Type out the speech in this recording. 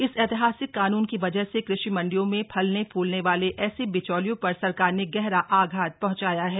इस ऐतिहासिक कानून की वजह से कृषि मंडियों में फलने फूलने वाले ऐसे बिचौलियों पर सरकार ने गहरा आघात पहंचाया है